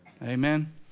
Amen